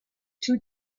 two